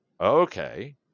okay